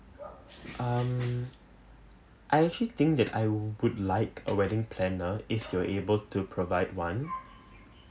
um I actually think that I wou~ put like a wedding planner if you're able to provide one